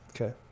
okay